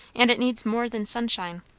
and it needs more than sunshine.